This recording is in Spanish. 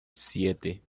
siete